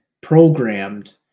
programmed